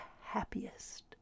happiest